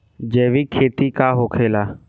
जैविक खेती का होखेला?